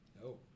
No